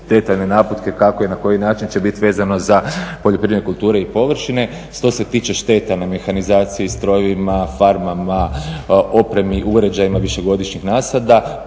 detaljne naputke kako i na koji način će biti vezano za poljoprivredne kulture i površine. Što se tiče šteta na mehanizaciji, strojevima, farmama, opremi, uređajima višegodišnjih nasada